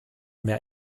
mehr